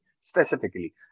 specifically